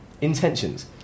intentions